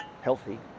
healthy